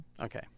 Okay